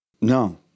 No